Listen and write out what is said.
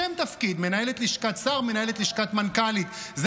בושה --- של